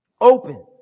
open